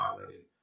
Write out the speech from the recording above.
violated